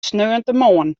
sneontemoarn